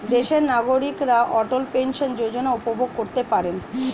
দেশের নাগরিকরা অটল পেনশন যোজনা উপভোগ করতে পারেন